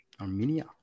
Armenia